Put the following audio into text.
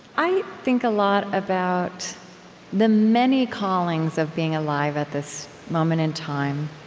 i think a lot about the many callings of being alive at this moment in time